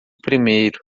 primeiro